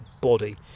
body